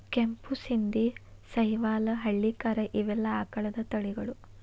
ಕೆಂಪು ಶಿಂದಿ, ಸಹಿವಾಲ್ ಹಳ್ಳಿಕಾರ ಇವೆಲ್ಲಾ ಆಕಳದ ತಳಿಗಳು